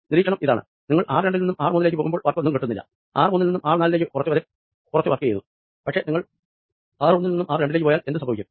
നിരീക്ഷണം ഇതാണ് നിങ്ങൾ ആർ രണ്ടിൽ നിന്നും ആർ മുന്നിലേക്ക് പോകുമ്പോൾ വർക്ക് ഒന്നും കിട്ടുന്നില്ല ആർ മൂന്നു മുതൽ ആർ നാലു വരെ കുറച്ച് വർക്ക് ചെയ്തു പക്ഷെ നിങ്ങൾ ആരോന്നിൽ നിന്നും ആർ രണ്ടിലേക്ക് പോയാൽ എന്ത് സംഭവിക്കും